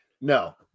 no